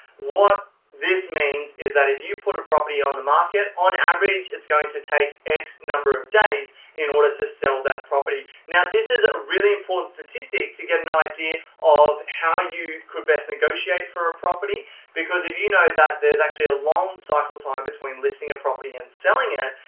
what this means is that if you put a property on the market, on average it's going to take x number of days in order to sell that property. now this is really important statistic to get an idea of how you could best negotiate for a property because if you you know that there's actually a long cycle time between listing a property and selling it,